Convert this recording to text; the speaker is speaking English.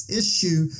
issue